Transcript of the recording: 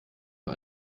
für